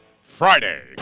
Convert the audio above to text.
Friday